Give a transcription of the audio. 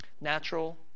Natural